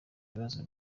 ibibazo